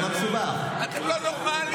אתם לא נורמליים.